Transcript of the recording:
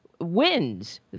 wins